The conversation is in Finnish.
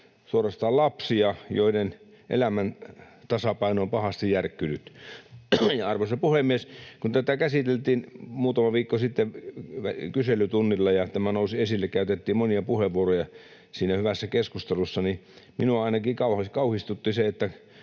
suorastaan lapsia, joiden elämän tasapaino on pahasti järkkynyt. Arvoisa puhemies! Kun tätä käsiteltiin muutama viikko sitten kyselytunnilla ja tämä nousi esille, käytettiin monia puheenvuoroja siinä hyvässä keskustelussa, niin ainakin minua kauhistutti se, että